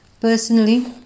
Personally